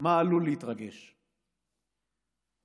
מה עלול להתרגש עליהם.